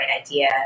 idea